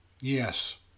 yes